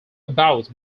about